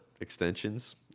extensions